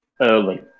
early